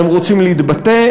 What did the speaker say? הם רוצים להתבטא,